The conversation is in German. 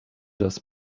das